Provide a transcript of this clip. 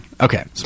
Okay